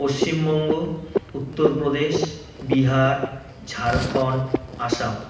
Paschimbanga Uttar Pradesh Bihar Jharkhand Assam